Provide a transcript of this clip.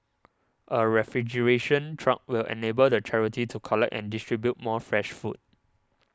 a refrigeration truck will enable the charity to collect and distribute more fresh food